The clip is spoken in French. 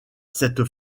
cette